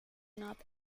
not